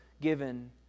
given